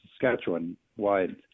Saskatchewan-wide